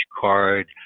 card